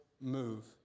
move